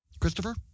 Christopher